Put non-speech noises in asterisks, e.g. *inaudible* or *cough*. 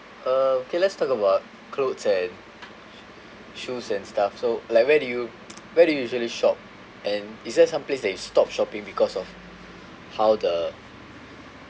uh okay let's talk about clothes and shoes and stuff so like where do you *noise* where do you usually shop and is there some place that you stopped shopping because of how the